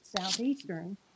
Southeastern